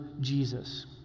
Jesus